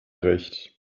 recht